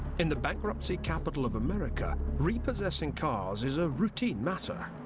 and the bankruptcy capital of america, repossessing cars is a routine matter.